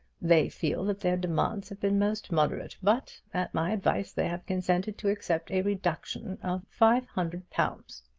they feel that their demands have been most moderate, but at my advice they have consented to accept a reduction of five hundred pounds.